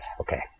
okay